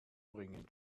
bringen